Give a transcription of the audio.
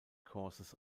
courses